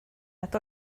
nad